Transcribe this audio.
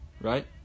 right